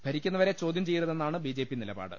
ഭരിക്കു ന്ന വരെ ചോദ്യം ചെയ്യരുതെന്നാണ് ബി ജെപി നിലപാട്